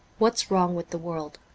what's wrong with the world